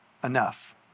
Enough